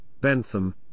Bentham